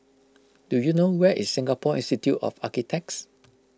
do you know where is Singapore Institute of Architects